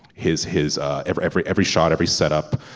his his ever every every shot every setup.